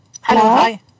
Hello